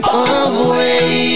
away